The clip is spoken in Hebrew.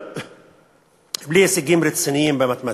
בלי הישגים רציניים במתמטיקה.